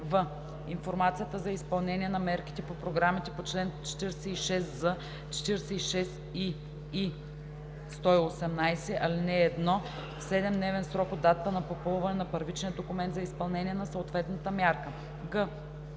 в) информация за изпълнение на мерките по програмите по чл. 46з, 46и и 118, ал. 1 – в 7-дневен срок от датата на попълване на първичния документ за изпълнение на съответната мярка; г)